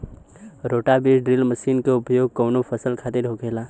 रोटा बिज drill machine के उपयोग कऊना फसल खातिर होखेला?